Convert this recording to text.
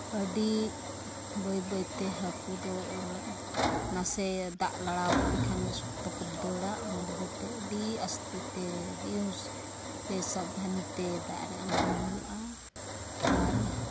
ᱟᱹᱰᱤ ᱵᱟᱹᱭ ᱵᱟᱹᱭᱛᱮ ᱦᱟᱹᱠᱩ ᱫᱚ ᱞᱮᱫ ᱱᱟᱥᱮ ᱫᱟᱜ ᱞᱟᱲᱟᱣ ᱟᱠᱟᱱ ᱠᱷᱟᱱᱜᱮ ᱥᱚᱠᱛᱚ ᱠᱚ ᱫᱟᱹᱲᱟ ᱚᱱᱟ ᱞᱟᱹᱜᱤᱫᱼᱛᱮ ᱟᱹᱰᱤ ᱟᱥᱛᱮᱼᱛᱮ ᱟᱹᱰᱤ ᱦᱩᱸᱥᱛᱮ ᱥᱟᱵᱽᱫᱷᱟᱱᱤᱛᱮ ᱫᱟᱜ ᱨᱮ ᱟᱬᱜᱳᱱ ᱦᱩᱭᱩᱜᱼᱟ ᱟᱨ